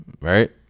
right